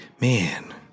Man